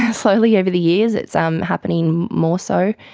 slowly over the years, it's um happening more so.